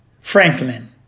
Franklin